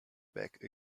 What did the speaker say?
back